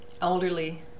elderly